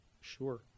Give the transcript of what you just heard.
Sure